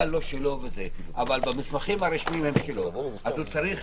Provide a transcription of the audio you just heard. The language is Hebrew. לא שלו אבל במסמכים הרשמיים הם שלו אז הוא צריך